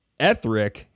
Ethric